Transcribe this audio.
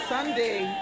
Sunday